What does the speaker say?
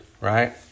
right